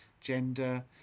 gender